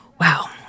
Wow